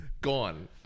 gone